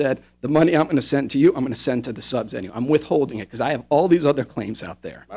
said the money i'm going to send to you i'm going to send to the subs and i'm withholding it because i have all these other claims out there